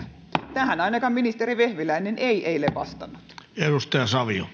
tähän ainakaan ministeri vehviläinen ei eilen vastannut